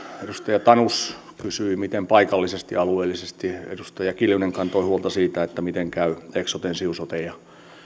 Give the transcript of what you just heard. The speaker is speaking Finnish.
edustaja tanus kysyi miten paikallisesti ja alueellisesti ja edustaja kiljunen kantoi huolta siitä miten käy eksoten siun soten ja